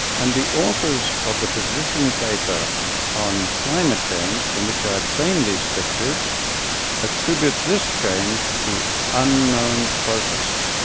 and the authors of the position paper on climate change from which i obtained these pictures attribute this change to unknown processes.